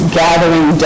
gathering